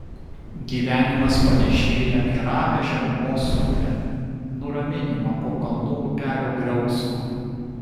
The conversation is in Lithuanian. gyvenimas panėšėja į ramią žemumos upę nuraminimą po kalnų upelių griausmo